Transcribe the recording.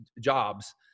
jobs